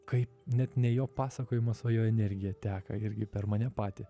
kaip net ne jo pasakojimas o jo energija teka irgi per mane patį